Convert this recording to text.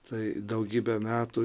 tai daugybę metų